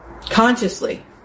consciously